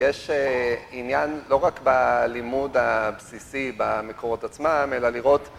יש עניין לא רק בלימוד הבסיסי במקורות עצמם, אלא לראות